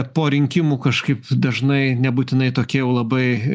po rinkimų kažkaip dažnai nebūtinai tokia jau labai